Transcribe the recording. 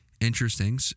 Interesting